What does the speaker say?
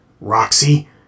Roxy